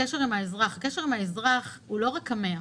הקשר עם האזרח הקשר עם האזרח הוא לא רק 100,